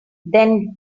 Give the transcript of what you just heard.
then